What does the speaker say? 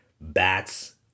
bats